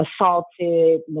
assaulted